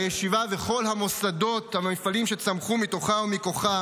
הישיבה וכל המוסדות והמפעלים שצמחו מתוכה ומכוחה